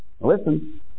Listen